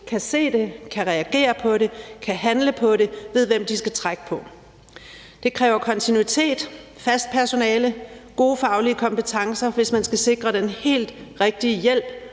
kan se det, kan reagere på det, kan handle på det og ved, hvem de skal trække på. Det kræver kontinuitet, fast personale og gode faglige kompetencer, hvis man skal sikre den helt rigtige hjælp